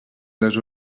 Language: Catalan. les